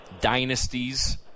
dynasties